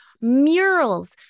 murals